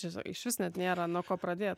šito išvis net nėra nuo ko pradėt